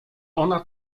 ona